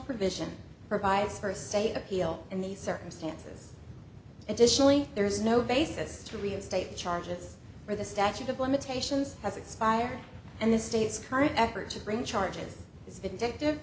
provision provides per se appeal in these circumstances additionally there is no basis to reinstate charges or the statute of limitations has expired and the state's current effort to bring charges is addictive